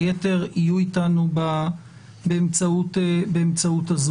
היתר יהיו איתנו באמצעות הזום.